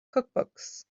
cookbooks